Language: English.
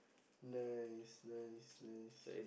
nice nice nice